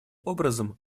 образом